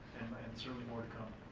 and certainly more to come.